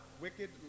Wicked